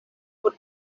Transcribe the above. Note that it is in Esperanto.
por